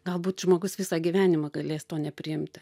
galbūt žmogus visą gyvenimą galės to nepriimti